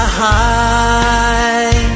high